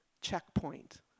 checkpoint